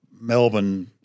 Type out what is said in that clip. Melbourne